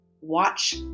watch